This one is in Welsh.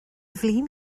flin